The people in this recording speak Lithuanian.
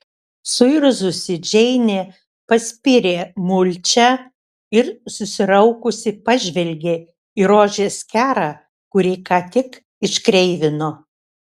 suirzusi džeinė paspyrė mulčią ir susiraukusi pažvelgė į rožės kerą kurį ką tik iškreivino